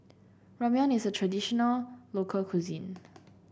Ramyeon is a traditional local cuisine